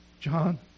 John